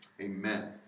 Amen